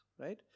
Right